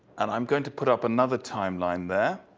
and i'm going to put up another timeline there